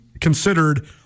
considered